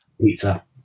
pizza